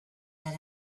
than